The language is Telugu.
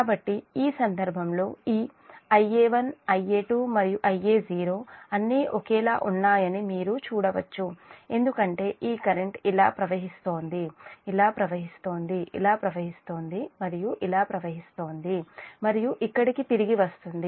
కాబట్టి ఈ సందర్భంలో ఈ Ia1 Ia2 మరియు Ia0 అన్నీ ఒకేలా ఉన్నాయని మీరు చూడవచ్చు ఎందుకంటే ఈ కరెంట్ ఇలా ప్రవహిస్తోంది ఇలా ప్రవహిస్తుంది ఇలా ప్రవహిస్తుంది మరియు ఇలా ప్రవహిస్తుంది మరియు ఇక్కడకు తిరిగి వస్తుంది